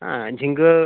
ᱟᱨ ᱡᱷᱤᱜᱟᱹ